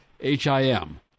H-I-M